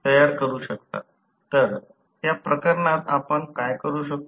तर त्या प्रकरणात आपण काय करू शकतो